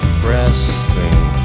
pressing